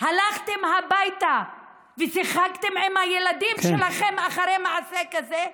הלכתם הביתה ושיחקתם עם הילדים שלכם אחרי מעשה כזה?